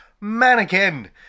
Mannequin